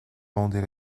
fonder